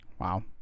wow